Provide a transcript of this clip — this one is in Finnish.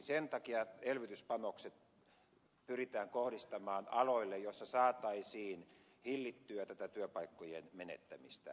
sen takia elvytyspanokset pyritään kohdistamaan aloille joilla saataisiin hillittyä tätä työpaikkojen menettämistä